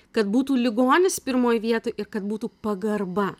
kad būtų ligonis pirmoj vietoj ir kad būtų pagarba